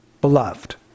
beloved